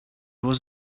was